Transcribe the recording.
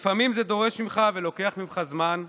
לפעמים זה דורש ממך ולוקח ממך זמן,